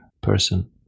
person